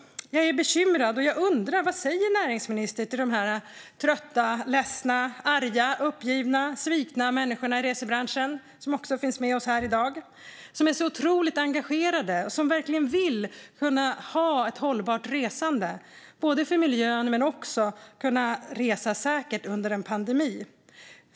Jag är bekymrad. Vad säger näringsministern till de trötta, ledsna, arga, uppgivna och svikna människorna i resebranschen som finns med oss här i dag? De är engagerade och vill verkligen ha ett hållbart resande, både för miljöns skull och för att man ska kunna resa säkert under en pandemi.